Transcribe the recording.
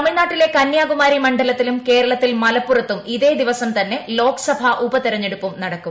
തമിഴ്നാട്ടിലെ കന്യാകുമാരി മണ്ഡലത്തിലും കേരളത്തിൽ മലപ്പുറത്തും ഇതേ ദിവസം തന്നെ ലോക്സഭ ഉപതെരഞ്ഞെടുപ്പും നടക്കും